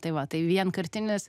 tai va tai vienkartinis